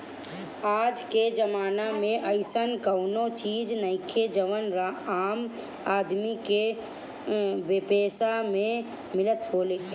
आजके जमाना में अइसन कवनो चीज नइखे जवन आम आदमी के बेपैसा में मिलत होखे